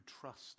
trust